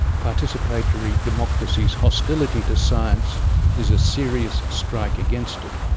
participatory democracy's hostility to science is a serious strike against it.